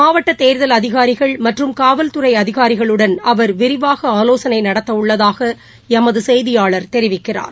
மாவட்டத் தேர்தல் அதிகாரிகள் மற்றும் காவல்துறைஅதிகாரிகளுடன் அவர் விரிவாகஆலோசனைநடத்தஉள்ளதாகஎமதுசெய்தியாளர் தெரிவிக்கிறார்